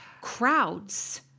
crowds